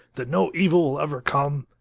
that no evil will ever come.